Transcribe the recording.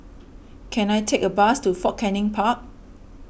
can I take a bus to Fort Canning Park